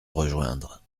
rejoindre